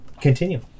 continue